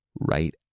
right